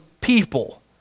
people